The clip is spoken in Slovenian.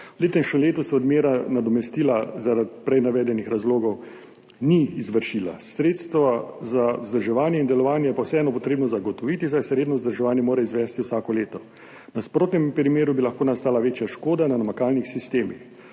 V letošnjem letu se odmera nadomestila zaradi prej navedenih razlogov ni izvršila. Sredstva za vzdrževanje in delovanje je pa vseeno potrebno zagotoviti, saj se redno vzdrževanje mora izvesti vsako leto. V nasprotnem primeru bi lahko nastala večja škoda na namakalnih sistemih.